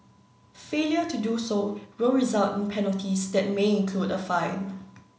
failure to do so will result in penalties that may include a fine